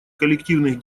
коллективных